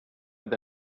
have